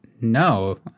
No